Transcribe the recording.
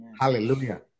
Hallelujah